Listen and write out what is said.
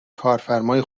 کارفرمای